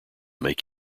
make